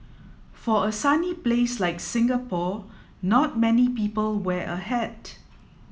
for a sunny place like Singapore not many people wear a hat